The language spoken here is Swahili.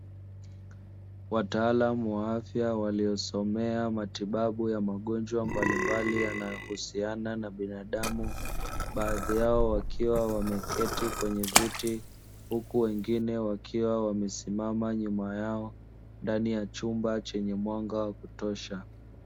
Wataalamu wa afya waliosomea matibabu ya magonjwa mbalimbali yanayohusiana na binadamu, baadhi yao wakiwa wameketi kwenye viti huku wengine wakiwa wamesimama nyuma yao, ndani ya chumba chenye mwanga wa kutosha.